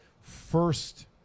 first